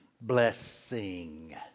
blessing